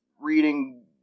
reading